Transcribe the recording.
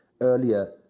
earlier